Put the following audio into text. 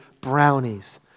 brownies